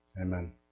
Amen